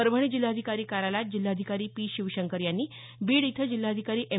परभणी जिल्हाधिकारी कार्यालयात जिल्हाधिकारी पी शिवशंकर यांनी बीड इथं जिल्हाधिकारी एम